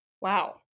Wow